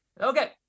okay